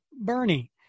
Bernie